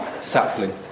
Sapling